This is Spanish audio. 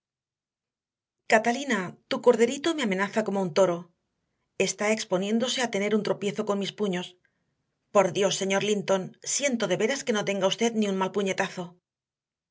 catalina tu corderito me amenaza como un toro está exponiéndose a tener un tropiezo con mis puños por dios señor linton siento de veras que no tenga usted ni un mal puñetazo